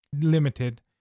limited